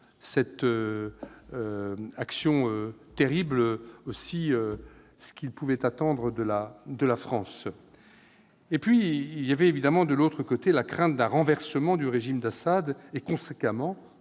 cette action terrible, ce qu'ils pouvaient attendre de la France -; il y avait, de l'autre côté, la crainte d'un renversement du régime d'Assad et, conséquemment,